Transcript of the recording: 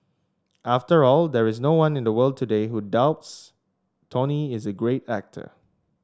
after all there is no one in the world today who doubts Tony is a great actor